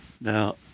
Now